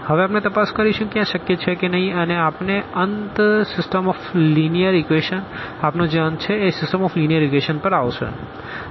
હવે આપણે તપાસ કરીશું કે આ શક્ય છે કે નહિ અને આપનો અંત સીસ્ટમ ઓફ લીનીઅર ઇક્વેશન પર આવશે